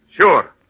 Sure